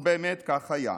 ובאמת כך היה.